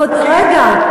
רגע.